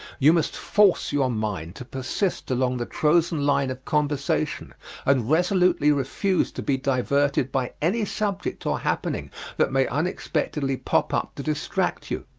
you must force your mind to persist along the chosen line of conversation and resolutely refuse to be diverted by any subject or happening that may unexpectedly pop up to distract you.